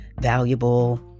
valuable